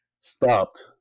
stopped